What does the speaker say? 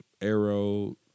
Arrow